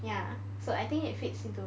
ya so I think it fits into